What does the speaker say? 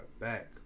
back